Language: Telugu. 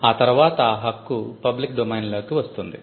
ఆ తర్వాత ఆ హక్కు పబ్లిక్ డొమైన్లోకి వస్తుంది